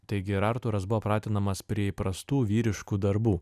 taigi ir artūras buvo pratinamas prie įprastų vyriškų darbų